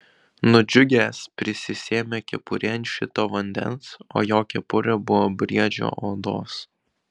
nudžiugęs prisisėmė kepurėn šito vandens o jo kepurė buvo briedžio odos